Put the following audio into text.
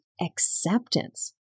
acceptance